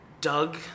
Doug